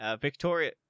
Victoria